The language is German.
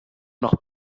noch